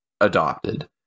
adopted